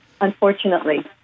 unfortunately